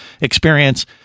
experience